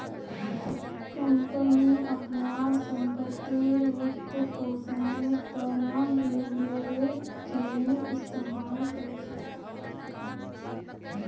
company अपनार संपत्तिर वित्तपोषनेर त न लीवरेजेर इस्तमाल कर छेक